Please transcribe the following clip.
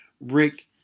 Rick